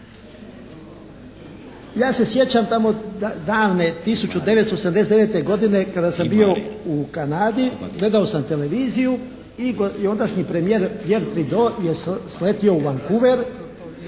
Ja se sjećam tamo davne 1989. godine kada sam bio u Kanadi, gledao sam televiziju i ondašnji premijer …/Govornik se ne